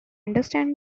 understand